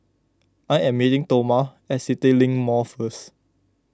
I am meeting Toma at CityLink Mall first